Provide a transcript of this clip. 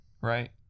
right